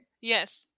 yes